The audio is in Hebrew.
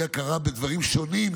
אי-הכרה בדברים שונים,